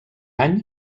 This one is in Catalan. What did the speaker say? any